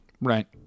Right